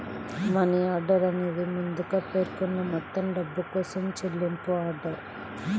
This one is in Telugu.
మనీ ఆర్డర్ అనేది ముందుగా పేర్కొన్న మొత్తం డబ్బు కోసం చెల్లింపు ఆర్డర్